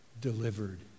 delivered